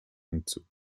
hinzu